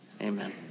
amen